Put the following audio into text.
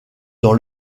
dans